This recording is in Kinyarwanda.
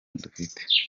dufite